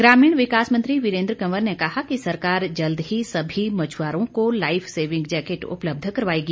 ग्रामीण विकास मंत्री वीरेंद्र कंवर ने कहा कि सरकार जल्द ही सभी मछआरों को लाइफ सेविंग जैकेट उपलब्ध करवाएगी